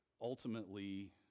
ultimately